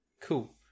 Cool